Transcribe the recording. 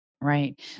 Right